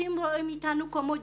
אתם רואים אותנו כמו ג'וקים.